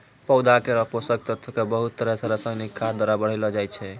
पौधा केरो पोषक तत्व क बहुत तरह सें रासायनिक खाद द्वारा बढ़ैलो जाय छै